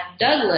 Douglas